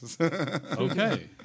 Okay